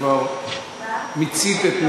כבר מיצית את,